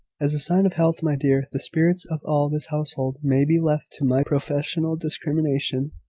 as a sign of health, my dear, the spirits of all this household may be left to my professional discrimination.